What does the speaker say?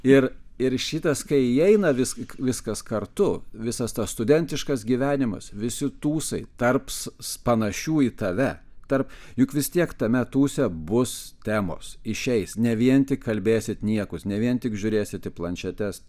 ir ir šitas kai įeina vis viskas kartu visas tas studentiškas gyvenimas visi tūsai tarps panašių į tave tarp juk vis tiek tame tūse bus temos išeis ne vien tik kalbėsit niekus ne vien tik žiūrėsite į planšetes